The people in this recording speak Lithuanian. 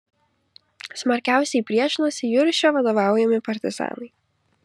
smarkiausiai priešinosi juršio vadovaujami partizanai